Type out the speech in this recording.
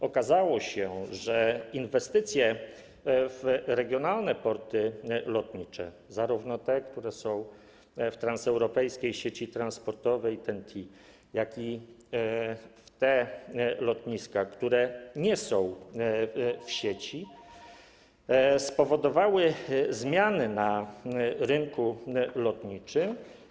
Okazało się, że inwestycje w regionalne porty lotnicze, zarówno te, które są w transeuropejskiej sieci transportowej TEN-T, jak i te, które nie są w sieci, spowodowały zmiany na rynku lotniczym.